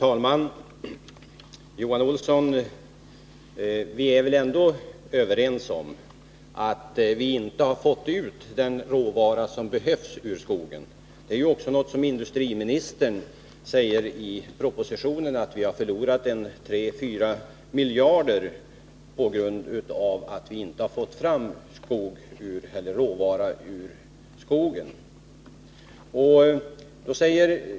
Herr talman! Vi är väl ändå, Johan Olsson, överens om att skogsindustrin inte har fått ut den råvara som behövs ur skogen. Också industriministern säger i propositionen att landet har förlorat tre fyra miljarder på grund av att man inte har fått fram råvara ur skogen.